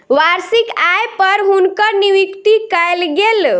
वार्षिक आय पर हुनकर नियुक्ति कयल गेल